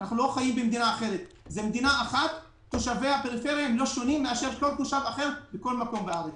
זו מדינה אחת ותושבי הפריפריה לא שונים מאשר כל תושב אחר בכל מקום בארץ.